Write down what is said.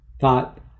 thought